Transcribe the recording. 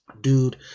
Dude